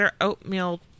oatmeal